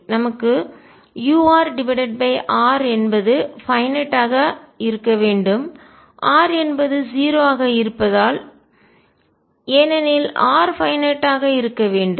நமக்கு urr என்பது finite ஆக வரையறுக்கப்பட்டதாக இருக்க வேண்டும்r என்பது 0 ஆக இருப்பதால் ஏனெனில் r பைன்நட் ஆக வரையறுக்கப்பட்டதாக இருக்க வேண்டும்